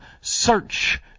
search